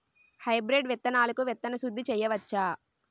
Hybrid విత్తనాలకు విత్తన శుద్ది చేయవచ్చ?